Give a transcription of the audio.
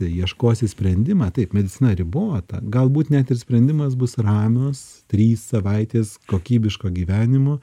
ieškosi sprendimą taip medicina ribota galbūt net ir sprendimas bus ramios trys savaitės kokybiško gyvenimo